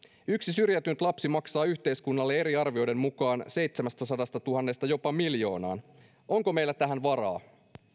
yksi syrjäytynyt lapsi maksaa yhteiskunnalle eri arvioiden mukaan seitsemästäsadastatuhannesta jopa miljoonaan onko meillä tähän varaa